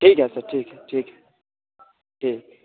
ठीक है सर ठीक है ठीक है ठीक